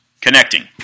connecting